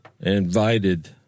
invited